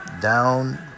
down